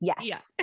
Yes